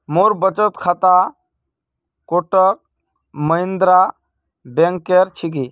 मोर बचत खाता कोटक महिंद्रा बैंकेर छिके